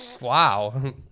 wow